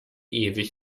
ewig